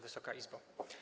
Wysoka Izbo!